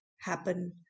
happen